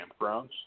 campgrounds